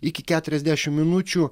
iki keturiasdešimt minučių